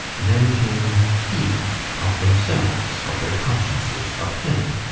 then came fear of themselves, of their consciences, of him.